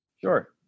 Sure